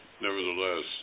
Nevertheless